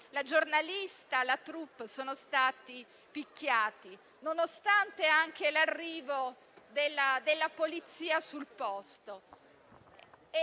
la giornalista e la *troupe* sono stati picchiati, nonostante l'arrivo della polizia sul posto.